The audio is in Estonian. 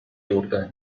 juurde